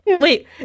wait